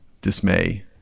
dismay